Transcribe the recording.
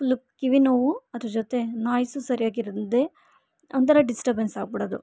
full ಕಿವಿ ನೋವು ಅದ್ರ ಜೊತೆ ನೋಯ್ಸು ಸರಿಯಾಗಿ ಇರಲ್ದೇ ಒಂಥರ ಡಿಸ್ಟರ್ಬೆನ್ಸಾಗಿಬಿಡೋದು